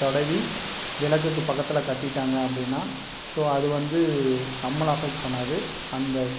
தடவி விளக்குக்கு பக்கத்தில் கட்டிவிட்டாங்க அப்படின்னா ஸோ அது வந்து நம்மளை அஃபெக்ட் பண்ணாது அந்த